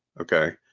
Okay